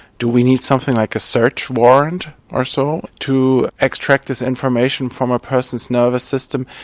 do we need something like a search warrant or so to extract this information from a person's nervous system?